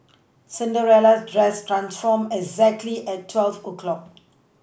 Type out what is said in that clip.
Cinderella's dress transformed exactly at twelve o' clock